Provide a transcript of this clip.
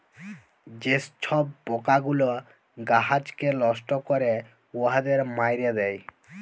যে ছব পকাগুলা গাহাচকে লষ্ট ক্যরে উয়াদের মাইরে দেয়